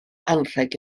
anrheg